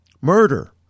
Murder